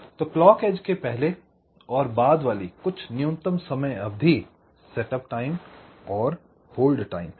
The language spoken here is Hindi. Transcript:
तो तो क्लॉक एज के पहले और बाद वाली कुछ न्यूनतम समय अवधि सेटअप टाइम और होल्ड टाइम है